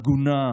הגונה,